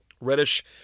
Reddish